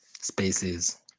spaces